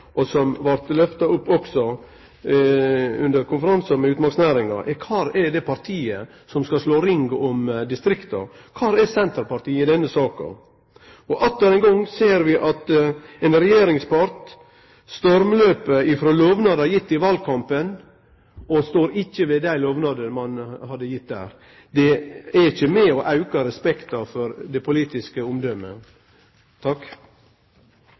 og som vart lyfta opp også under konferansen med utmarksnæringa, er kor er partiet som skal slå ring rundt distrikta, kor er Senterpartiet i denne saka? Og atter ein gong ser vi at ein regjeringspart stormspring frå lovnader gitt i valkampen og ikkje står ved det ein har lovt der. Det er ikkje med på å auke respekten for det politiske omdømmet.